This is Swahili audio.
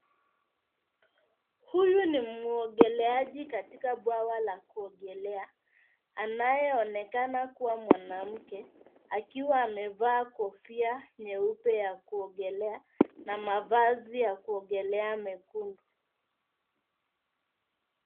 Huyu ni muogeleaji katika bwawa la kuogelea, anayeonekana kuwa mwanamke, akiwa amevaa kofia nyeupe ya kuogelea na mavazi ya kuogelea mekundu.